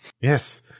Yes